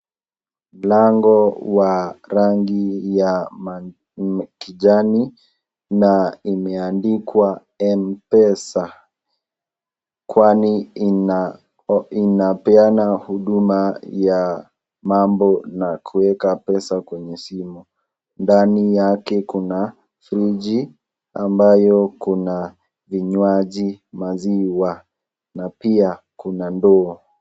Lango wa rangi ya kijani na imeandikwa Mpesa. Kwani inapeana huduma ya mambo na kuweka pesa kwenye simu. Ndani yake Kuna fridgi ambayo kuna vinywaji, maziwa na pia kuna ndoo.